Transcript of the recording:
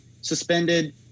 suspended